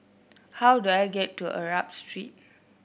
how do I get to Arab Street